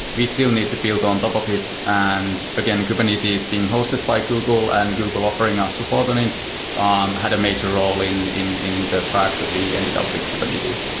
we still need to build on top of it and, again, kubernetes being hosted by google and google offering our support on it, um had a major role in in the fact that we ended up with kubernetes.